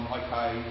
okay